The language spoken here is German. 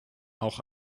auch